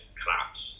collapse